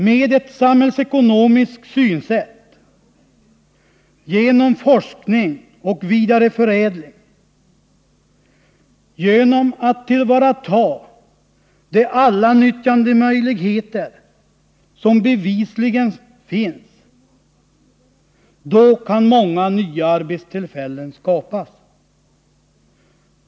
Med ett samhällsekonomiskt synsätt, genom forskning och vidareförädling, genom att man tillvaratar alla de nyttjandemöjligheter som bevisligen finns, kan många nya arbetstillfällen skapas.